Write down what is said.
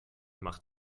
macht